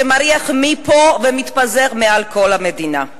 שמריח מפה ומתפזר מעל כל המדינה.